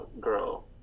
girl